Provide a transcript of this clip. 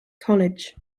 college